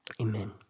Amen